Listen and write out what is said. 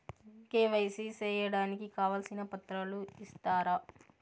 KYC సేయడానికి కావాల్సిన పత్రాలు ఇస్తారా?